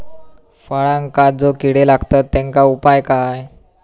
फळांका जो किडे लागतत तेनका उपाय काय?